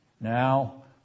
Now